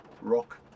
rock